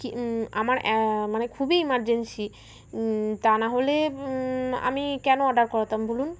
কি আমার মানে খুবই ইমার্জেন্সি তা না হলে আমি কেন অর্ডার করতাম বলুন